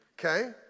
Okay